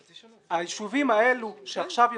היישובים האלה שעכשיו יוצאים,